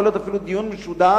הוא יכול להיות אפילו דיון משודר,